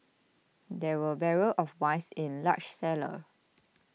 there were barrels of wines in large cellar